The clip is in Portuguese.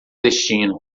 destino